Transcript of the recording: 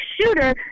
shooter